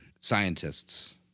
scientists